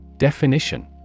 Definition